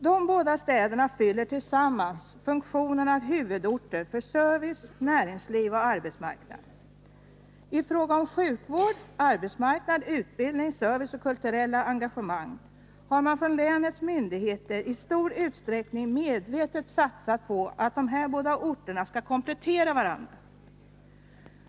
De båda städerna fyller tillsammans funktionen av huvudorter för service, näringsliv och arbetsmarknad. I fråga om sjukvård, arbetsmarknad, utbildning, service och kulturella engagemang har man från länets myndigheter i stor utsträckning medvetet satsat på att dessa båda orter skall komplettera varandra.